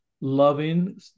loving